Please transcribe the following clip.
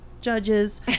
judges